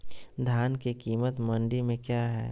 धान के कीमत मंडी में क्या है?